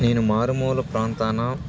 నేను మారుమూల ప్రాంతాన